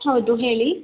ಹೌದು ಹೇಳಿ